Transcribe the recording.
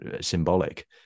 symbolic